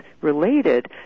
related